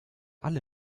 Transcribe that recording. alle